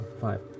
five